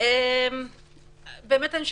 אני חושבת